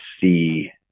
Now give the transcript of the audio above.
see